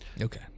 Okay